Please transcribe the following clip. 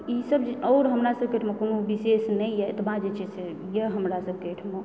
ईसब आओर हमरा सबकेँ कोनो विशेष नहि यऽ एतबा जे छै से यऽ हमरा सबकेँ एहिठमा